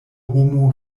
homo